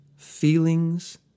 Feelings